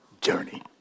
journey